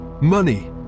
money